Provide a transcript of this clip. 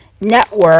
network